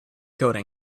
coding